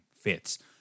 fits